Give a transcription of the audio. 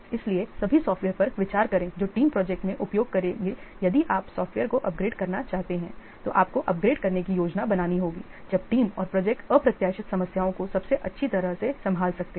इसलिए सभी सॉफ्टवेयर पर विचार करें जो टीम प्रोजेक्ट में उपयोग करेगी यदि आप सॉफ़्टवेयर को अपग्रेड करना चाहते हैं तो आपको अपग्रेड करने की योजना बनानी होगी जब टीम और प्रोजेक्ट अप्रत्याशित समस्याओं को सबसे अच्छी तरह से संभाल सकते हैं